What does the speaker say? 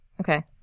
Okay